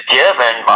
given